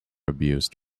abused